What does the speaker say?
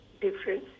difference